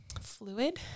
fluid